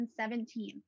2017